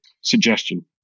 suggestion